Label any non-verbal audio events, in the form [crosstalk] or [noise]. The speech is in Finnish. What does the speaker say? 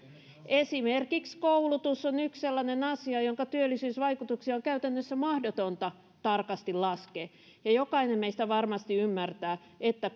esimerkiksi koulutus on yksi sellainen asia jonka työllisyysvaikutuksia on käytännössä mahdotonta tarkasti laskea ja ja jokainen meistä varmasti ymmärtää että [unintelligible]